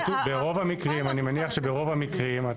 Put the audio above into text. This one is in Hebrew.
ברוב המקרים,